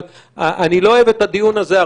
אבל אני לא אוהב את הדיון הזה,